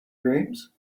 dreams